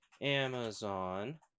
Amazon